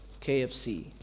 KFC